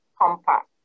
compact